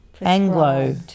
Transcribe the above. anglo